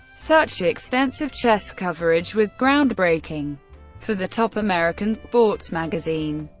such extensive chess coverage was groundbreaking for the top american sports' magazine.